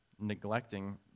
neglecting